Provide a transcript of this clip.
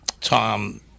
Tom